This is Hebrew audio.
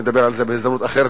אדבר על זה בהזדמנות אחרת,